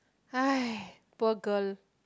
poor girl